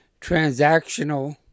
transactional